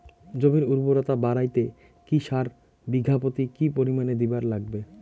জমির উর্বরতা বাড়াইতে কি সার বিঘা প্রতি কি পরিমাণে দিবার লাগবে?